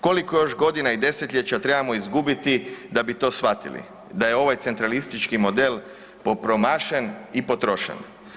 Koliko još godina i desetljeća trebamo izgubiti da bi to shvatili, da je ovaj centralistički model promašen i potrošen?